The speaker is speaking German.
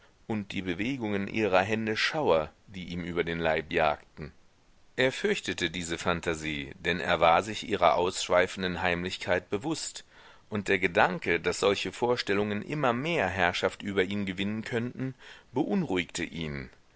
und die bewegungen ihrer hände schauer die ihm über den leib jagten er fürchtete diese phantasie denn er war sich ihrer ausschweifenden heimlichkeit bewußt und der gedanke daß solche vorstellungen immer mehr herrschaft über ihn gewinnen könnten beunruhigte ihn